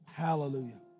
Hallelujah